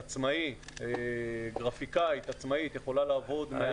עצמאי, גרפיקאית עצמאית יכולה לעבוד מהבית.